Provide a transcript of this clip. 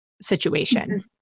situation